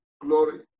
Glory